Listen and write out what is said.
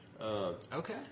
Okay